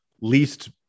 least